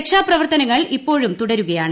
രക്ഷാപ്രവർത്തനങ്ങൾ ഇപ്പോഴും തുടരുകയാണ്